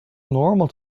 normal